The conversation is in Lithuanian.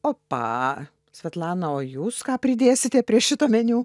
opa svetlana o jūs ką pridėsite prie šito meniu